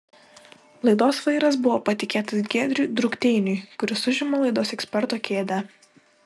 laidos vairas buvo patikėtas giedriui drukteiniui kuris užima laidos eksperto kėdę